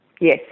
yes